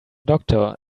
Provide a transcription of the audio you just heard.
doctor